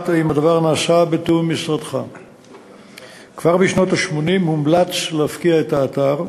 1. כבר בשנות ה-80 הומלץ להפקיע את האתר,